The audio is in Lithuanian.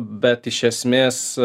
bet iš esmės